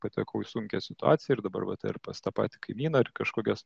patekau į sunkią situaciją ir dabar vat ir pas tą patį kaimyną ar į kažkokias